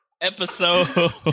Episode